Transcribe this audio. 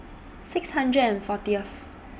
six hundred and fortieth